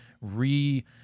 re